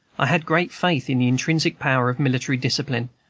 i had great faith in the intrinsic power of military discipline,